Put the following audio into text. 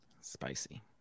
Spicy